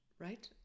right